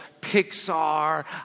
Pixar